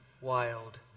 wild